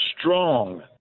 strong